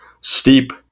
steep